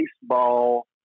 baseball